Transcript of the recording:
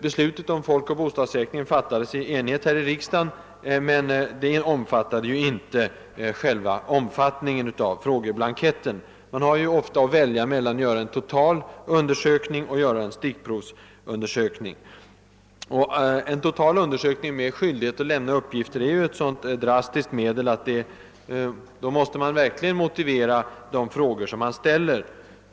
Beslutet om folkoch bostadsräkning fattades i enighet här i riksdagen, men det inbegrep ju inte själva omfattningen av frågeblanketten. Man har ofta att välja mellan att göra en totalundersökning och att göra en stickprovsundersökning. En totalundersökning med skyldighet att lämna uppgifter är ett så drastiskt medel, att man verkligen måste motivera de frågor som ställs.